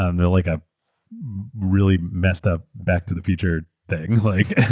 ah and like a really messed up back to the future thing. like and